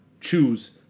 choose